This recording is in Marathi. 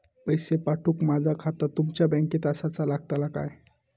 पैसे पाठुक माझा खाता तुमच्या बँकेत आसाचा लागताला काय?